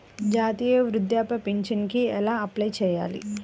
జాతీయ వృద్ధాప్య పింఛనుకి ఎలా అప్లై చేయాలి?